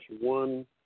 one